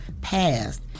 passed